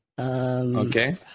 Okay